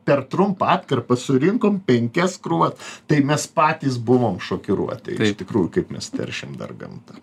per trumpą atkarpą surinkom penkias krūvas tai mes patys buvom šokiruoti iš tikrųjų kaip mes teršiam dar gamtą